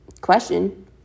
question